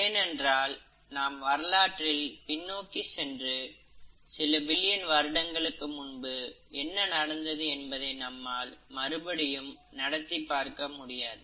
ஏனென்றால் நாம் வரலாற்றில் பின்னோக்கி சென்று சில பில்லியன் வருடங்களுக்கு முன்பு என்ன நடந்தது என்பதை நம்மால் மறுபடியும் நடத்தி பார்க்க முடியாது